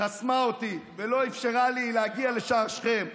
חסמה אותי ולא אפשרה לי להגיע לשער שכם,